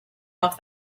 off